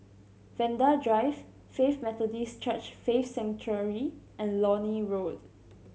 Vanda Drive Faith Methodist Church Faith Sanctuary and Lornie Road